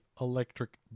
electric